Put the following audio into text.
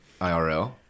IRL